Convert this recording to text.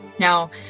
Now